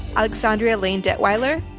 alexandria lane detweiler.